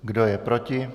Kdo je proti?